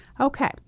Okay